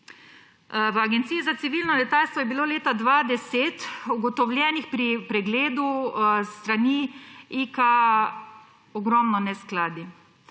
V Agenciji za civilno letalstvo je bilo leta 2010 ugotovljenih pri pregledu s strani ICAO ogromno neskladij.